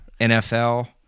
NFL